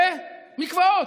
ומקוואות.